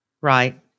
Right